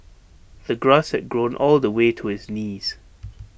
the grass had grown all the way to his knees